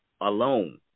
Alone